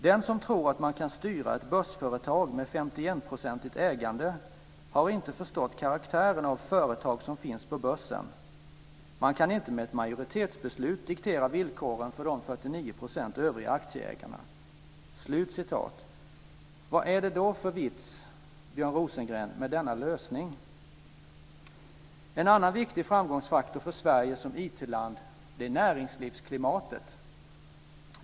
"Den som tror att man kan styra ett börsföretag med 51-procentigt ägande har inte förstått karaktären av företag som finns på börsen. Man kan inte med ett majoritetsbeslut diktera villkoren för de 49 procent övriga aktieägarna." Vad är det då för vits, Björn Rosengren, med denna lösning? En annan viktig framgångsfaktor för Sverige som IT-land är näringslivsklimatet.